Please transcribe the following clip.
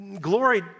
glory